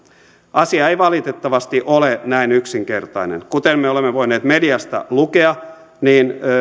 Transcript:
asia ei valitettavasti ole näin yksinkertainen kuten me olemme voineet mediasta lukea